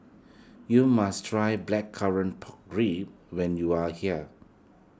you must try Blackcurrant Pork Ribs when you are here